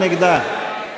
מי נגדה?